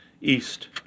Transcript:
east